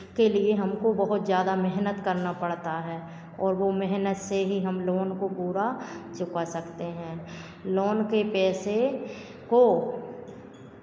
के लिए हमको बहुत ज़्यादा मेहनत करना पड़ता है और वो मेहनत से ही हम लोन को पूरा चुका सकते हैं लोन के पैसे को